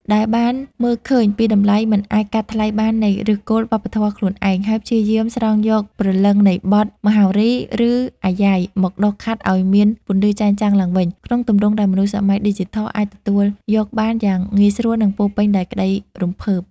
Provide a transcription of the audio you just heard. ដែលបានមើលឃើញពីតម្លៃមិនអាចកាត់ថ្លៃបាននៃឫសគល់វប្បធម៌ខ្លួនឯង ហើយព្យាយាមស្រង់យកព្រលឹងនៃបទ មហោរី ឬអាយ៉ៃ មកដុសខាត់ឱ្យមានពន្លឺចែងចាំងឡើងវិញ ក្នុងទម្រង់ដែលមនុស្សសម័យឌីជីថលអាចទទួលយកបានយ៉ាងងាយស្រួល និងពោរពេញដោយក្តីរំភើប។